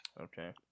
Okay